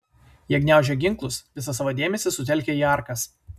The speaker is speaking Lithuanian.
jie gniaužė ginklus visą savo dėmesį sutelkę į arkas